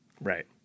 Right